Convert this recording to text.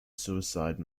suicide